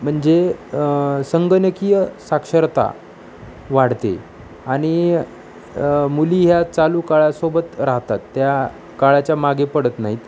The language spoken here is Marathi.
म्हणजे संगणकीय साक्षरता वाढते आणि मुली ह्या चालू काळासोबत राहतात त्या काळाच्या मागे पडत नाहीत